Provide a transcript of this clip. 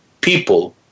people